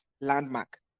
landmark